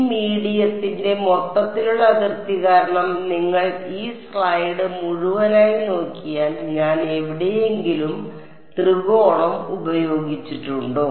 ഈ മീഡിയത്തിന്റെ മൊത്തത്തിലുള്ള അതിർത്തി കാരണം നിങ്ങൾ ഈ സ്ലൈഡ് മുഴുവനായി നോക്കിയാൽ ഞാൻ എവിടെയെങ്കിലും ത്രികോണം ഉപയോഗിച്ചിട്ടുണ്ടോ